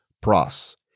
pros